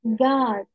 God